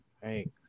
Thanks